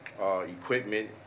Equipment